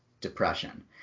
depression